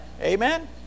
Amen